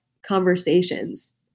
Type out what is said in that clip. Conversations